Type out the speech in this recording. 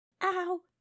Ow